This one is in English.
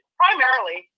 primarily